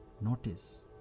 Notice